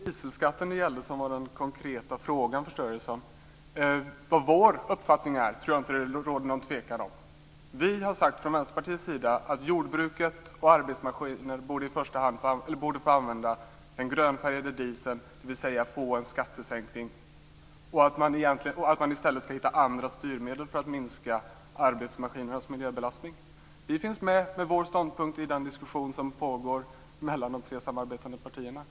Fru talman! Jag förstår att den konkreta frågan gällde dieselskatten. Jag tror inte att det råder något tvivel om vår uppfattning. Vi har från Vänsterpartiets sida sagt att jordbruket borde få använda för arbetsmaskiner i första hand den grönfärgade dieseln, dvs. få en skattesänkning. Andra styrmedel ska hittas för att minska arbetsmaskinernas miljöbelastning. Vi finns med med vår ståndpunkt i den diskussion som pågår mellan de tre samarbetande partierna.